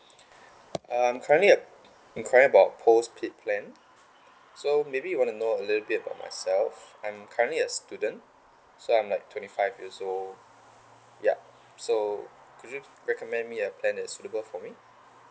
I'm currently e~ enquiring about postpaid plan so maybe you wanna know a little bit about myself I'm currently a student so I'm like twenty five years old ya so could you recommend me a plan that is suitable for me